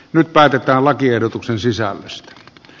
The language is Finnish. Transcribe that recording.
nyt päätetään lakiehdotusten sisällöstä